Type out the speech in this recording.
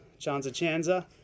Chanza-Chanza